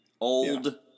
Old